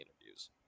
interviews